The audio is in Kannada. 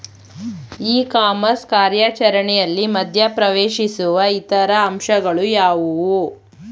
ಇ ಕಾಮರ್ಸ್ ಕಾರ್ಯಾಚರಣೆಯಲ್ಲಿ ಮಧ್ಯ ಪ್ರವೇಶಿಸುವ ಇತರ ಅಂಶಗಳು ಯಾವುವು?